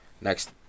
Next